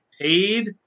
paid